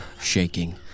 shaking